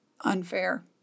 unfair